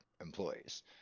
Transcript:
employees